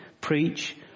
preach